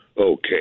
Okay